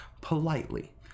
politely